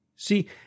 See